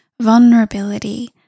vulnerability